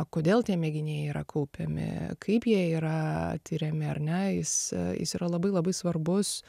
kodėl tie mėginiai yra kaupiami kaip jie yra tiriami ar ne jis jis yra labai labai svarbus